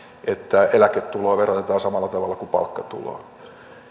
että eläketuloa verotetaan samalla tavalla kuin palkkatuloa